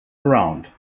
around